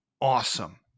awesome